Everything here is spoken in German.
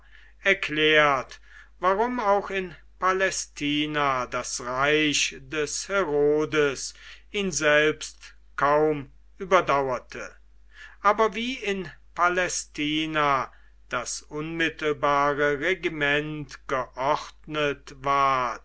erklärt warum auch in palästina das reich des herodes ihn selbst kaum überdauerte aber wie in palästina das unmittelbare regiment geordnet ward